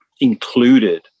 included